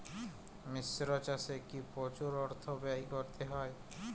মিশ্র চাষে কি প্রচুর অর্থ ব্যয় করতে হয়?